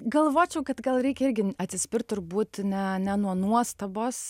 galvočiau kad gal reikia irgi atsispirt turbūt ne ne nuo nuostabos